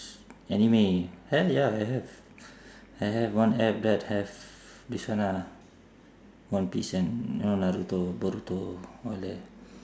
anime hell ya I have I have one app that have this one ah one piece and know naruto boruto all that